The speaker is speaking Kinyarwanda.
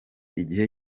igihe